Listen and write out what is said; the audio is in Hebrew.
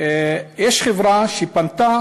יש חברה שפנתה